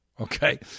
Okay